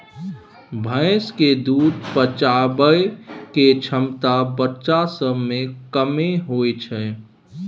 भैंस के दूध पचाबइ के क्षमता बच्चा सब में कम्मे होइ छइ